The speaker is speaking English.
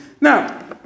Now